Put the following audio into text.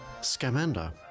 Scamander